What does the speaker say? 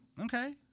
Okay